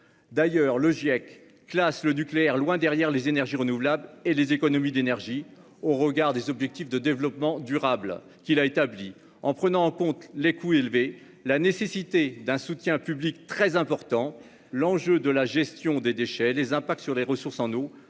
du climat, classe le nucléaire loin derrière les énergies renouvelables et les économies d'énergie, au regard des objectifs de développement durable qu'il a établis, en prenant en compte les coûts élevés, la nécessité d'un soutien public très important, l'enjeu de la gestion des déchets, les impacts sur les ressources en eau,